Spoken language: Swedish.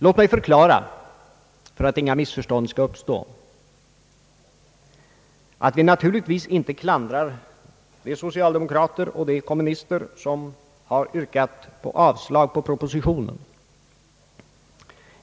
Låt mig förklara, för att inga missförstånd skall uppstå, att vi naturligtvis inte klandrar de socialdemokrater och kommunister som har yrkat avslag på propositionen.